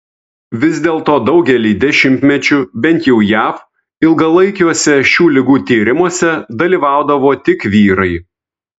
vis dėlto daugelį dešimtmečių bent jau jav ilgalaikiuose šių ligų tyrimuose dalyvaudavo tik vyrai